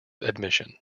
admission